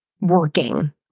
working